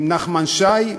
נחמן שי,